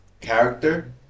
character